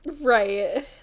Right